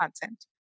content